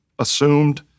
assumed